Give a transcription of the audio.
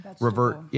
revert